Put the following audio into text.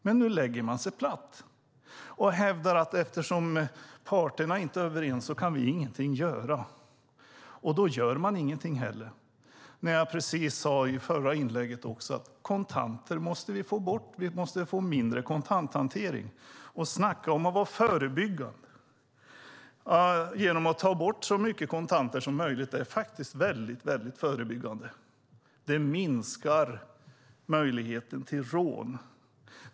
Men nu lägger regeringen sig platt och hävdar att eftersom parterna inte är överens kan man ingenting göra, och då gör man ingenting heller. Jag sade i mitt förra inlägg att vi måste få bort kontanter och få mindre kontanthantering. Man kan snacka om att vara förebyggande. Att ta bort så mycket kontanter som möjligt är väldigt förebyggande. Det minskar möjligheten till rån.